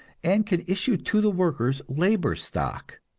and can issue to the workers labor stock,